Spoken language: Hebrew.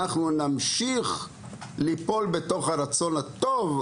אנחנו נמשיך ליפול בתוך הרצון הטוב,